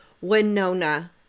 Winona